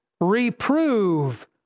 reprove